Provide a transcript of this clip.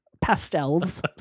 Pastels